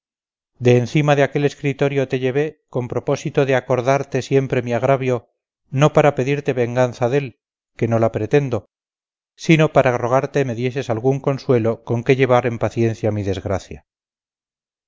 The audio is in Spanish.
de encima de aquel escritorio te llevé con propósito de acordarte siempre mi agravio no para pedirte venganza dél que no la pretendo sino para rogarte me dieses algún consuelo con que llevar en paciencia mi desgracia